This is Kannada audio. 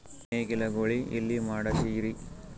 ನೇಗಿಲ ಗೂಳಿ ಎಲ್ಲಿ ಮಾಡಸೀರಿ?